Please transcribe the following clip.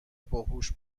باهوش